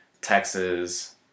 Texas